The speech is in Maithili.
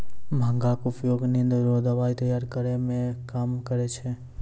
भांगक उपयोग निंद रो दबाइ तैयार करै मे काम करै छै